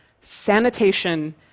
sanitation